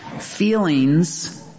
feelings